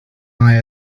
eye